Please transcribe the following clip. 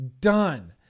Done